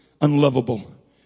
unlovable